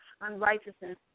unrighteousness